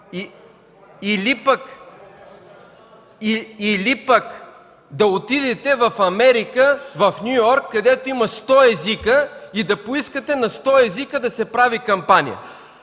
Или пък да отидете в Америка, в Ню Йорк, където има 100 езика и да поискате на 100 езика да се прави кампанията.